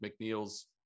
McNeil's